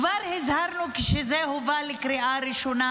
כבר הזהרנו כשזה הובא לקריאה ראשונה.